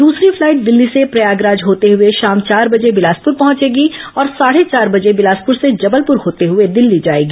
दूसरी फ्लाइट दिल्ली से प्रयागराज होते हुए शाम चार बजे बिलासपुर पहुंचेगी और साढे चार बजे बिलासपुर से जबलपुर होते हुए दिल्ली जाएगी